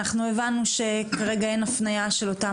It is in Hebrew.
אנחנו הבנו שכרגע אין הפנייה של אותם